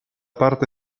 parte